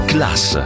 Class